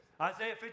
Isaiah